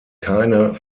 keine